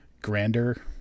Grander